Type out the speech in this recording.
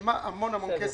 שילמה המון כסף.